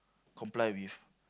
comply with